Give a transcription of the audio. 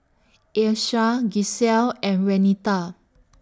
Ayesha Gisselle and Renita